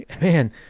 Man